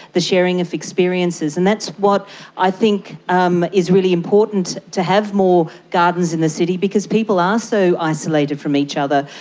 the sharing of experiences, and that's what i think um is really important to have more gardens in the city because people are so isolated from each other.